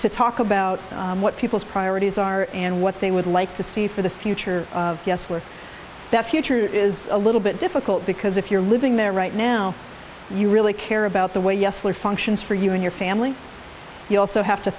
to talk about what people's priorities are and what they would like to see for the future yes for the future is a little bit difficult because if you're living there right now you really care about the way yesler functions for you and your family you also have to